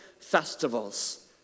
festivals